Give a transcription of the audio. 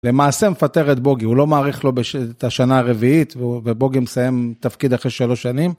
למעשה מפטר את בוגי, הוא לא מעריך לו את השנה הרביעית ובוגי מסיים תפקיד אחרי שלוש שנים.